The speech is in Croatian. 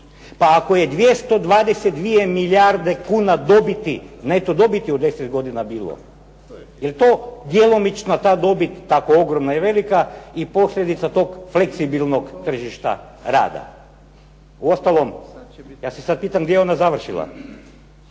Pa ako je 222 milijarde kuna dobiti, neto dobiti u 10 godina bilo, je li to djelomična ta dobit tako ogromna i velika i posljedica tog fleksibilnog tržišta rada. Uostalom, ja se sad pitam gdje je ona završila?